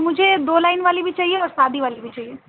مجھے دو لائن والی بھی چاہیے اور سادی والی بھی چاہیے